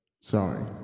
Sorry